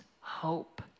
hope